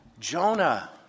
Jonah